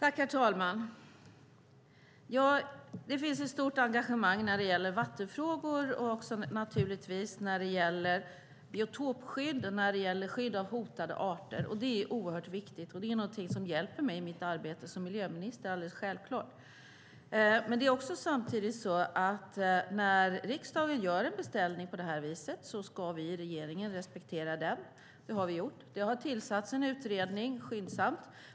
Herr talman! Det finns ett stort engagemang när det gäller vattenfrågor och naturligtvis också när det gäller biotopskydd och skydd av hotade arter. Det är oerhört viktigt, och det är någonting som alldeles självklart hjälper mig i mitt arbete som miljöminister. När riksdagen gör en beställning på det här viset ska vi i regeringen respektera den. Det har vi gjort. Det har tillsatts en utredning skyndsamt.